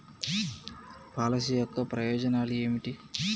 Policy యొక్క ప్రయోజనాలు ఏమిటి?